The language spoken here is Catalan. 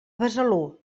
besalú